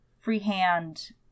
freehand